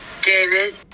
david